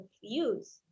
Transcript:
use